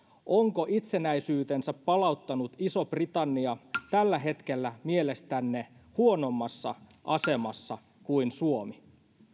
onko itsenäisyytensä palauttanut iso britannia tällä hetkellä mielestänne huonommassa asemassa kuin suomi